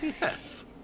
Yes